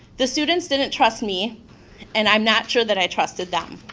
the students didn't trust me and i'm not sure that i trusted them.